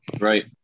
Right